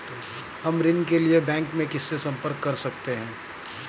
हम ऋण के लिए बैंक में किससे संपर्क कर सकते हैं?